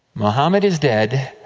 mohammed is dead,